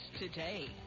today